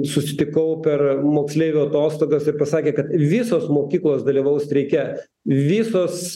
susitikau per moksleivių atostogas ir pasakė kad visos mokyklos dalyvaus streike visos